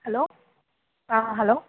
hello hello